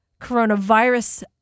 coronavirus